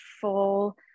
full